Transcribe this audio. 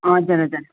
हजुर हजुर